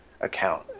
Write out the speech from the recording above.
account